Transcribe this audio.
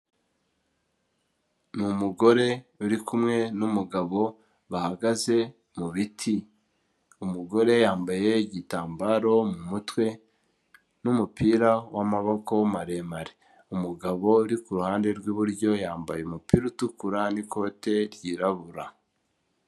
Ni umugore uri kumwe n'umugabo bahagaze mu biti, umugore yambaye igitambaro mu mutwe n'umupira w'amaboko maremare, umugabo uri ku ruhande rw'iburyo yambaye umupira utukura n'ikote ryirabura.